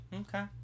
Okay